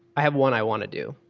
i have one i want to do.